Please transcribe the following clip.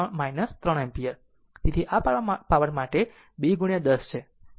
તેથી આ પાવર માટે 2 10 છે 2 10 પાવર 3 એમ્પીયર માટે